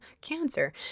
cancer